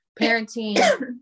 parenting